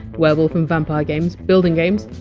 werewolf and vampire games, building games.